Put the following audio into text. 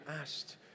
asked